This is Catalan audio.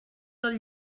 del